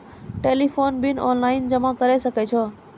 Telephone bill online जमा करै सकै छौ?